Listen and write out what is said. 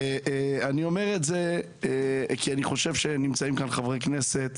אני אומר את זה כי אני חושב שנמצאים כאן חברי כנסת